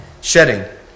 shedding